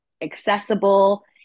accessible